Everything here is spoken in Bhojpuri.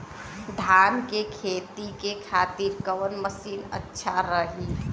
धान के खेती के खातिर कवन मशीन अच्छा रही?